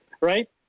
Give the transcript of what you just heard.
right